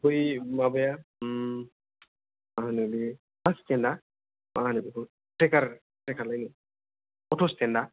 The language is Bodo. बै माबाया मा होनो बे बस स्टेन्ड आ मा होनो बेखौ ट्रेकार ट्रेकार लाइनो अट स्टेन्ड आ